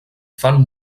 fan